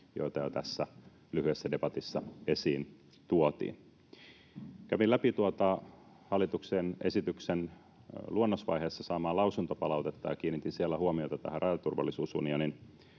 joita jo tässä lyhyessä debatissa esiin tuotiin. Kävin läpi tuota hallituksen esityksen luonnosvaiheessa saamaa lausuntopalautetta ja kiinnitin siellä huomiota tähän Rajaturvallisuusunionin